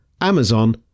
Amazon